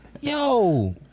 Yo